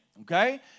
okay